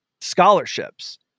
scholarships